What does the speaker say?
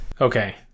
Okay